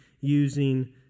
using